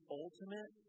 ultimate